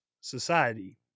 Society